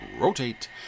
rotate